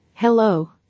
hello